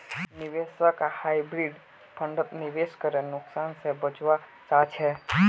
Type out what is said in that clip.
निवेशक हाइब्रिड फण्डत निवेश करे नुकसान से बचवा चाहछे